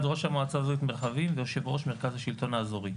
ראש המועצה האזורית מרחבים ויושב-ראש מרכז השלטון האזורי.